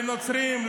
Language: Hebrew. לנוצרים,